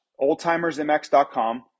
oldtimersmx.com